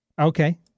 Okay